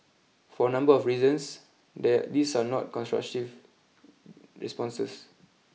for a number of reasons there these are not constructive responses